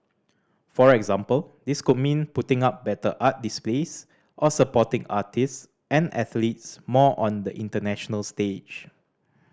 for example this could mean putting up better art displays or supporting artists and athletes more on the international stage